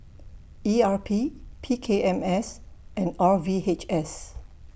E R P P K M S and R V H S